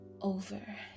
Over